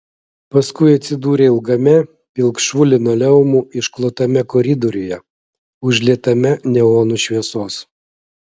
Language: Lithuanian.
paskui atsidūrė ilgame pilkšvu linoleumu išklotame koridoriuje užlietame neonų šviesos